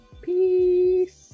peace